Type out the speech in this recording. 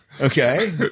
Okay